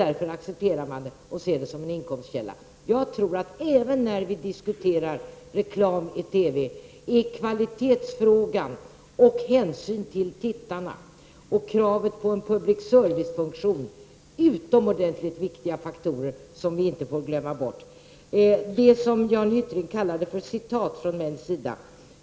Därför accepterar man nu reklam och ser det som en inkomstkälla. Även när vi diskuterar reklam i TV är kvalitetsfrågan, hänsynen till tittarna och kravet på en public service-funktion utomordentligt viktiga faktorer som inte får glömmas bort. Jan Hyttring sade att jag anförde ett citat av honom.